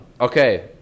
Okay